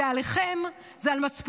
זה עליכם, זה על מצפונכם.